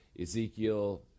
ezekiel